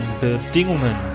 Bedingungen